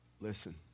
Listen